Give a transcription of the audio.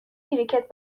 کریکت